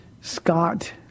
Scott